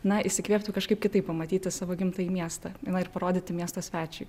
na įsikvėptų kažkaip kitaip pamatyti savo gimtąjį miestą na ir parodyti miesto svečiui